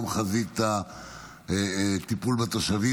גם חזית הטיפול בתושבים,